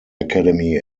academy